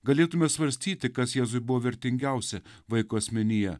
galėtume svarstyti kas jėzui buvo vertingiausia vaiko asmenyje